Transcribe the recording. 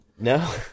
No